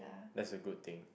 that's a good thing